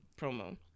promo